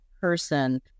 person